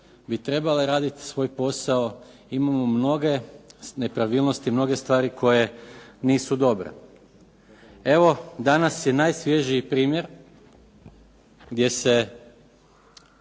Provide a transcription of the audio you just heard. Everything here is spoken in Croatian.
bi trebale raditi svoj posao imamo mnoge nepravilnosti, mnoge stvari koje nisu dobre. Evo danas je najsvježiji primjer gdje se